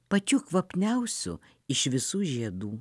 pačių kvapniausių iš visų žiedų